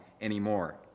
anymore